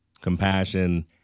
compassion